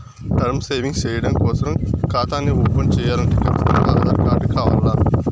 term savings చెయ్యడం కోసరం కాతాని ఓపన్ చేయాలంటే కచ్చితంగా ఆధార్ కార్డు కావాల్ల